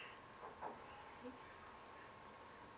mm